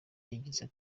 ati